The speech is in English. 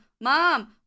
Mom